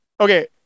Okay